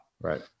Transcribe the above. Right